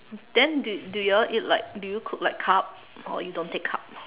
then do do you all eat like do you cook like carb or you don't take carb